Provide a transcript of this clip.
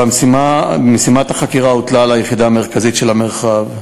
משימת החקירה הוטלה על היחידה המרכזית של המרחב.